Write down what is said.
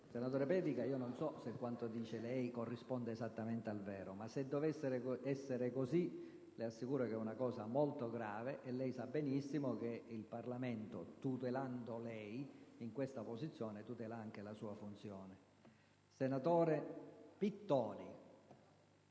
Senatore Pedica, non so se quanto dice lei corrisponda esattamente al vero. Se dovesse essere così, le assicuro che ciò costituisce un fatto molto grave, e lei sa benissimo che il Parlamento, tutelando lei in questa posizione, tutela anche la sua funzione.